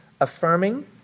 Affirming